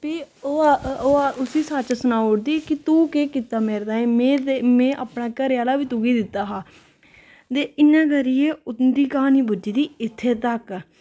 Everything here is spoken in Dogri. ते फ्ही ओह् ओह् आख उसी सच्च सनाई ओड़दी कि तूं केह् कीता मेरे ताईं मैं ते मैं अपना घरैआह्ला बी तुगी दित्ता हा ते इयां करियै उंदी क्हानी पुजदी इत्थैं तक